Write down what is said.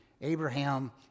Abraham